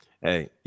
hey